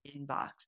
inbox